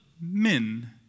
men